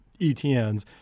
ETNs